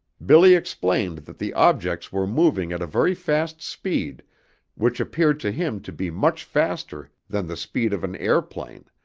billy explained that the objects were moving at a very fast speed which appeared to him to be much faster than the speed of an airplane,